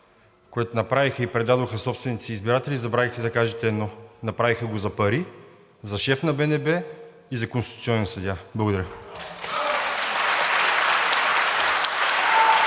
което направиха и предадоха собствените си избиратели, забравихте да кажете едно – направиха го за пари, за шеф на БНБ и за конституционен съдия. Благодаря.